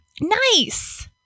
Nice